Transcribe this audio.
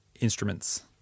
instruments